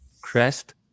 Crest